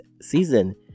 season